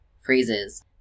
phrases